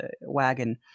wagon